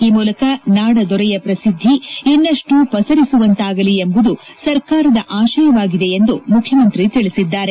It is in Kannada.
ಈ ಮೂಲಕ ನಾಡ ದೊರೆಯ ಪ್ರಸಿದ್ಧಿ ಇನ್ನಷ್ಟು ಪಸರಿಸುವಂತಾಗಲಿ ಎಂಬುದು ಸರ್ಕಾರದ ಆಶಯವಾಗಿದೆ ಎಂದು ಮುಖ್ಯಮಂತ್ರಿ ತಿಳಿಸಿದ್ದಾರೆ